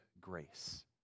grace